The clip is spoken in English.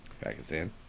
Pakistan